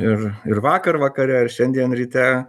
ir ir vakar vakare ir šiandien ryte